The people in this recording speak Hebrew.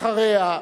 אחריה,